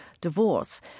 divorce